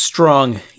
Strong